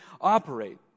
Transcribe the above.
operate